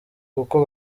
kuko